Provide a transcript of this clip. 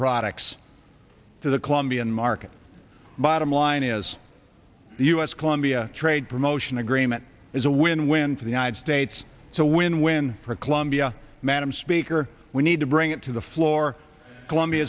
products to the colombian market bottom line is the u s colombia trade promotion agreement is a win win for the united states it's a win win for colombia madam speaker we need to bring it to the floor colombia